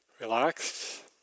relaxed